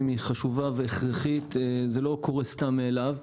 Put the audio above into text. היא חשובה והכרחית; זה לא קורה סתם מאליו.